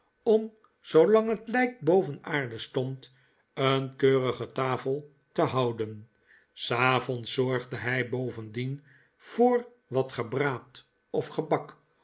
om zoolang het lijk boven aarde stond een keurige tafel te houden s avonds zorgde hij bovendien voor wat gebraad of gebak